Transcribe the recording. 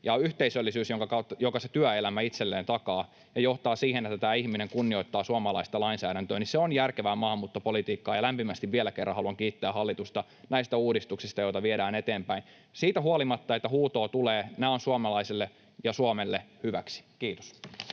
ja yhteisöllisyys, jonka se työelämä takaa, johtaa siihen, että tämä ihminen kunnioittaa suomalaista lainsäädäntöä. Se on järkevää maahanmuuttopolitiikkaa, ja lämpimästi vielä kerran haluan kiittää hallitusta näistä uudistuksista, joita viedään eteenpäin siitä huolimatta, että huutoa tulee. Nämä ovat suomalaisille ja Suomelle hyväksi. — Kiitos.